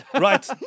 Right